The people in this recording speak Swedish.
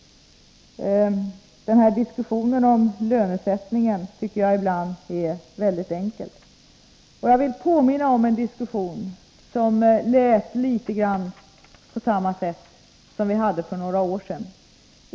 Den diskussion om lönesättning som han för tycker jag ibland är alltför enkel. Jag vill påminna om en liknande diskussion som vi hade för några år sedan.